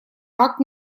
акт